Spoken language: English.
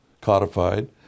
codified